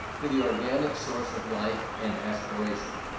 to the organic source of life and aspiration,